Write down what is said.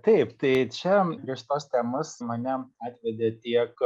taip tai čia prie šitos temosvmane atvedė tiek